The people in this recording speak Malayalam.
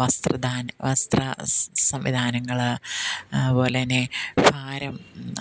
വസ്ത്ര ദാന വസ്ത്ര സംവിധാനങ്ങൾ അതുപോലെ തന്നെ ഭാരം